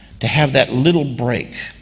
to have that little break,